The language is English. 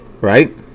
right